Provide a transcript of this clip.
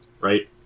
right